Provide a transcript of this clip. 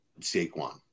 Saquon